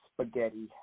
spaghetti